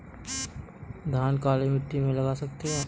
धान काली मिट्टी में लगा सकते हैं?